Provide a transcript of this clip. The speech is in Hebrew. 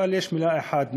אבל יש מילה אחת,